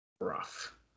rough